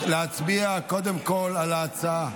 להצביע קודם כול על ההצעה.